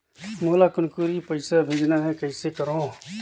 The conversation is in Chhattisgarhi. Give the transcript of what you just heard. मोला कुनकुरी पइसा भेजना हैं, कइसे करो?